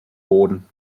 boden